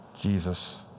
Jesus